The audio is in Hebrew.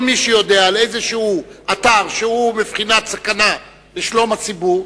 כל מי שיודע על איזשהו אתר שהוא בבחינת סכנה לשלום הציבור,